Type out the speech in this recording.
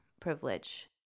privilege